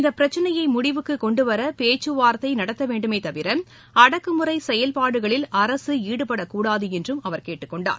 இந்த பிரச்சினையை முடிவுக்கு கொண்டுவர பேச்சுவார்த்தை நடத்த வேண்டுமே தவிர அடக்குமுறை செயல்பாடுகளில் அரசு ஈடுபடக்கூடாது என்றும் அவர் கேட்டுக் கொண்டார்